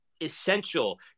essential